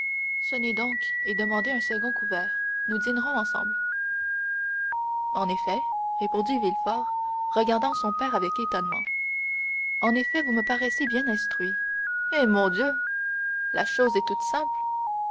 table sonnez donc et demandez un second couvert nous dînerons ensemble en effet répondit villefort regardant son père avec étonnement en effet vous me paraissez bien instruit eh mon dieu la chose est toute simple